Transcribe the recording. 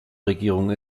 regierung